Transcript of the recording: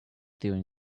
during